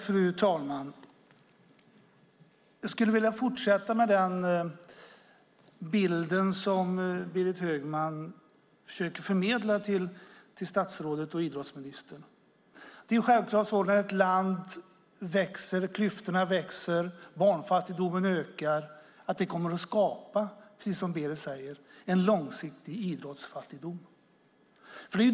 Fru talman! Jag skulle vilja fortsätta med den bild som Berit Högman försöker förmedla till idrottsministern. När ett land växer, klyftorna växer och barnfattigdomen ökar är det självklart att det kommer att skapa, precis som Berit säger, en långsiktig idrottsfattigdom.